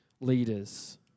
leaders